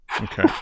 Okay